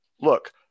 look